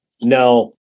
no